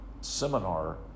seminar